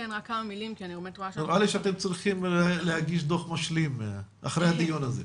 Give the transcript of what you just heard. נראה לי שאתם צריכים להגיש דו"ח משלים אחרי הדיון הזה.